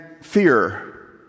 fear